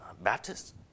Baptist